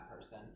person